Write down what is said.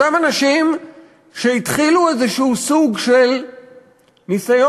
אותם אנשים שהתחילו איזה סוג של ניסיון